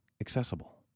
accessible